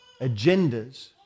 agendas